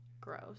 Gross